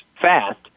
fast